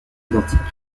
identiques